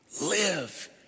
live